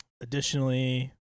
Additionally